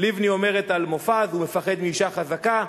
לבני אומרת על מופז: הוא מפחד מאשה חזקה.